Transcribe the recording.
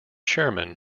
chairman